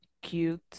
cute